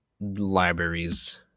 libraries